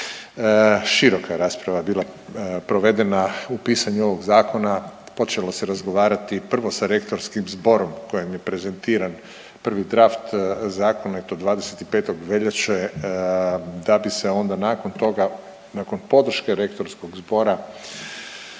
Široka rasprava je bila provedena u pisanju ovog zakona, počelo se razgovarati prvo sa rektorskim zborom kojem je prezentiran prvi draf zakona i to 25. veljače da bi se onda nakon toga, nakon podrške rektorskog zbora